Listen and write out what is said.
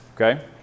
okay